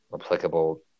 applicable